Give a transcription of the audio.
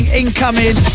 incoming